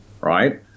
right